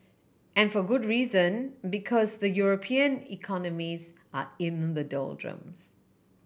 and for good reason because the European economies are in the doldrums